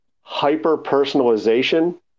hyper-personalization